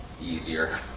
easier